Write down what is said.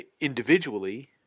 individually